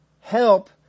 help